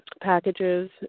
packages